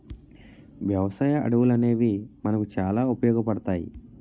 వ్యవసాయ అడవులనేవి మనకు చాలా ఉపయోగపడతాయి